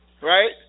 right